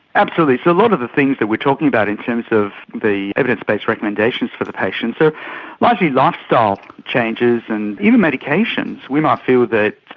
absolutely. so a lot of the things that we're talking about in terms of the evidence-based recommendations for the patients are largely lifestyle changes and even medications. we might feel that,